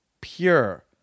Pure